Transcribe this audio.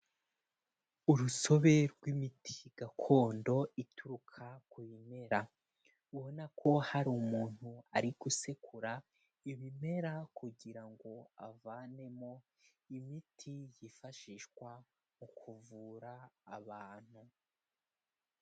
Urusobe rw'imiti gakondo ituruka ku bimera. Ubona ko hari umuntu ari gusekura ibimera, kugira ngo avanemo imiti yifashishwa mu kuvura abantu.